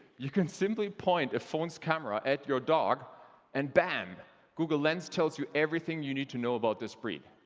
you can simply point a phone's camera at your dog and bam google lens tells you everything you need to know about this breed.